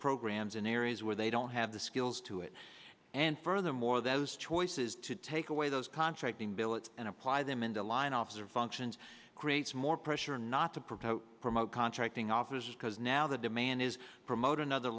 programs in areas where they don't have the skills to it and furthermore those choices to take away those contracting billets and apply them into line officer functions creates more pressure not to promote promote contracting officers because now the demand is promote another